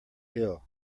ill